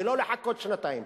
ולא לחכות שנתיים.